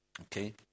Okay